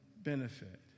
benefit